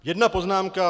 Jedna poznámka.